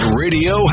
radio